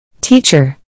Teacher